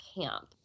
camp